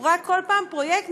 כל פעם פרויקט,